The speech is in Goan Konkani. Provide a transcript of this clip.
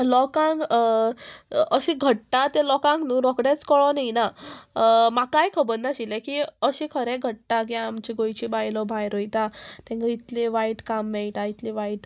लोकांक अशें घडटा तें लोकांक न्हू रोकडेंच कळोन येना म्हाकाय खबर नाशिल्लें की अशें खरें घडटा की आमचें गोंयची बायलो भायर वयता तांकां इतलें वायट काम मेळटा इतलें वायट